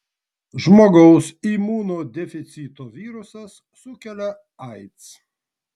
žmogaus imunodeficito virusas sukelia aids